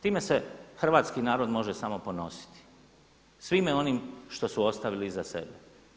Time se Hrvatski narod može damo ponositi svime onim što su ostavili iza sebe.